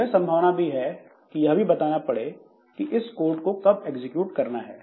और संभावना यह भी है कि यह भी बताना पड़े कि इस कोड को कब एग्जीक्यूट करना है